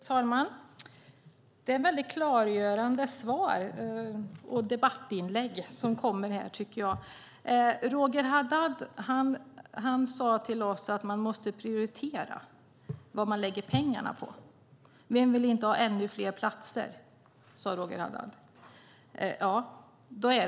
Fru talman! Det är väldigt klargörande svar och debattinlägg som kommer här. Roger Haddad sade till oss att man måste prioritera vad man lägger pengarna på. Vem vill inte ha ännu fler platser? sade Roger Haddad.